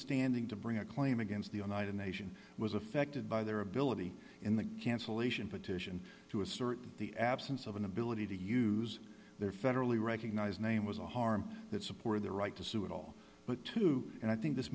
standing to bring a claim against the united nation was affected by their ability in the cancellation petition to assert that the absence of an ability to use their federally recognized name was a harm that supported their right to sue at all but two and i think this